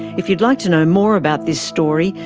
if you'd like to know more about this story,